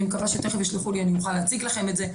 מקווה שתיכף ישלחו לי ואני אוכל להציג לכם את זה.